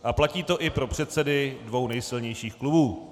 A platí to i pro předsedy dvou nejsilnějších klubů.